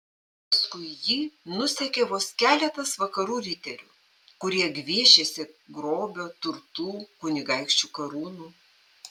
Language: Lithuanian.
paskui jį nusekė vos keletas vakarų riterių kurie gviešėsi grobio turtų kunigaikščių karūnų